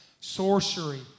sorcery